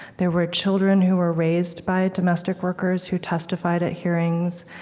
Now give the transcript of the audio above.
there were children who were raised by domestic workers who testified at hearings,